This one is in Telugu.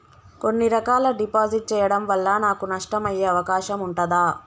కొన్ని రకాల డిపాజిట్ చెయ్యడం వల్ల నాకు నష్టం అయ్యే అవకాశం ఉంటదా?